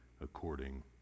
according